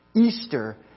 Easter